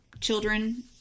children